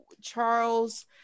charles